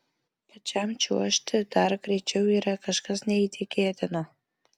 pačiam čiuožti dar greičiau yra kažkas neįtikėtino